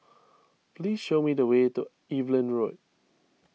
please show me the way to Evelyn Road